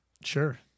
Sure